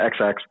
XX